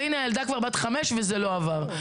והנה הילדה כבר בת חמש וזה לא עבר.